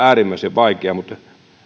äärimmäisen vaikeaa mutta